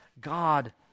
God